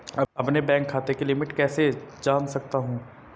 अपने बैंक खाते की लिमिट कैसे जान सकता हूं?